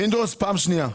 פינדרוס, פעם שנייה.